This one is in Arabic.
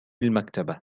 المكتبة